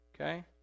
okay